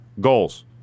goals